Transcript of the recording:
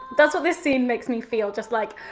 that's what this thing makes me feel just like.